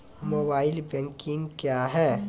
Mobile banking क्या हैं?